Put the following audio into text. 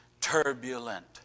turbulent